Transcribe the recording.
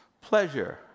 pleasure